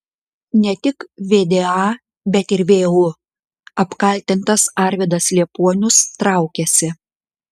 ne tik vda bet ir vu apkaltintas arvydas liepuonius traukiasi